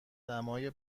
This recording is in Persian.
دمای